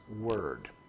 word